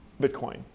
Bitcoin